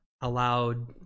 allowed